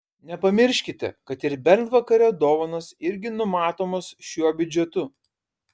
nepamirškite kad ir bernvakario dovanos irgi numatomos šiuo biudžetu